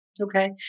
Okay